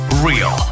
Real